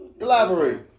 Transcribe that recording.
Elaborate